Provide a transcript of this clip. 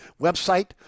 website